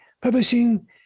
publishing